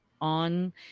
on